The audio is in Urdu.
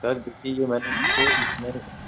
سر دیکھیے یہ میں نے آپ کو